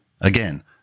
Again